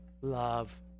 love